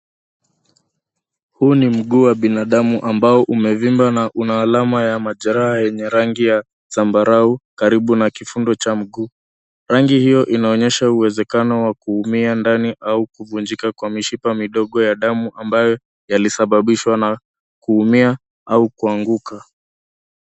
Huu ni mguu ya binadamu ambao umevimba na una alama ya majeraha yenye rangi ya sambarau karibu na kifundo cha mguu. Rangi hiyo inaonyesha uwezekano wa kuumia ndani au kuvunjika kwa mishipa midogo ya damu ambayo yalishabishwa na kuumia au kuanguka.